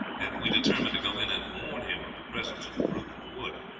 and we determined to go in and warn him of the presence of the brute in the wood.